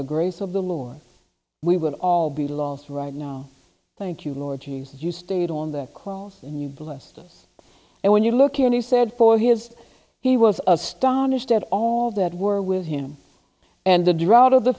the grace of the lord we would all be lost right now thank you lord jesus you stayed on the coals and you blessed and when you look here he said for his he was astonished at all that were with him and the drought